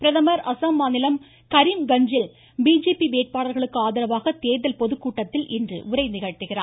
பிரதமர் அஸ்ஸாம் மாநிலம் கரீம்கஞ்ச் ல் பிஜேபி வேட்பாளர்களுக்கு ஆதரவாக தேர்தல் பொதுக்கூட்டத்தில் இன்று உரை நிகழ்த்துகிறார்